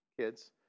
kids